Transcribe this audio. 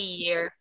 year